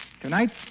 Tonight